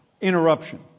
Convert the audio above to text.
interruption